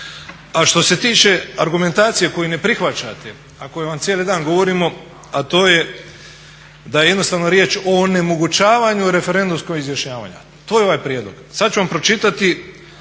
A što se tiče argumentacije koju ne prihvaćate, a koju vam cijeli dan govorimo, a to je da je jednostavno riječ o onemogućavanju referendumskog izjašnjavanja. To je ovaj prijedlog. Sad ću vam pročitati